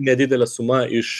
nedidelė suma iš